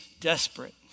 desperate